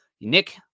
Nick